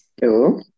Hello